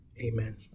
amen